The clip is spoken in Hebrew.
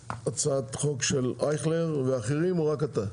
הצעת החוק של חבר הכנסת איילר, ואחרים או רק אתה?